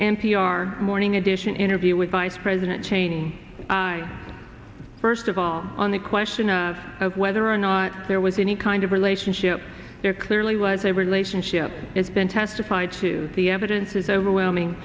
r morning edition interview with vice president cheney i first of all on the question of whether or not there was any kind of relationship there clearly was a relationship it's been testified to the evidence is overwhelming